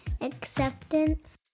acceptance